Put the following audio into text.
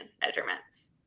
measurements